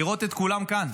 לראות את כולם כאן.